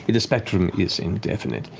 the the spectrum is indefinite.